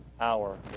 hour